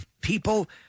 people